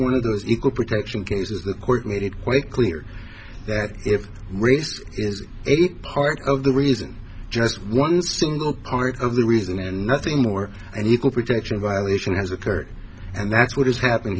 one of those equal protection cases the court made it quite clear that if race is a part of the reason just one single part of the reason and nothing more an equal protection violation has occurred and that's what is happening